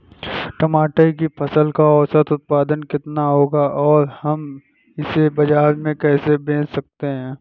टमाटर की फसल का औसत उत्पादन कितना होगा और हम इसे बाजार में कैसे बेच सकते हैं?